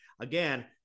Again